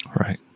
Right